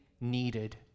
needed